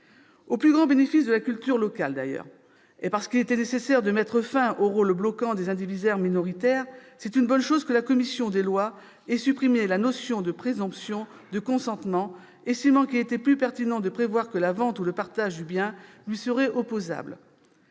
au plus grand bénéfice de la culture locale. Et parce qu'il était nécessaire de mettre fin au rôle bloquant des indivisaires minoritaires, c'est une bonne chose que la commission des lois ait supprimé la notion de « présomption de consentement », estimant qu'il était plus pertinent de prévoir que la vente ou le partage du bien leur serait « opposable